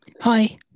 Hi